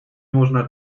можно